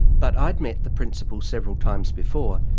but i'd met the principal several times before,